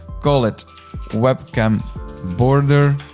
call it webcam border.